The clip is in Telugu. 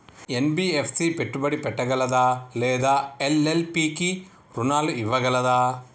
ఎన్.బి.ఎఫ్.సి పెట్టుబడి పెట్టగలదా లేదా ఎల్.ఎల్.పి కి రుణాలు ఇవ్వగలదా?